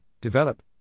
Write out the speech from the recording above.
develop